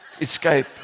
escape